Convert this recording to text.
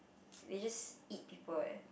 they just eat people eh